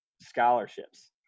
scholarships